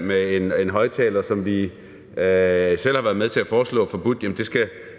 med en højtaler har vi selv været med til at foreslå skal forbydes.